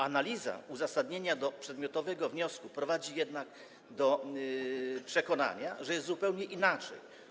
Analiza uzasadnienia przedmiotowego wniosku prowadzi do przekonania, że jest zupełnie inaczej.